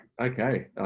okay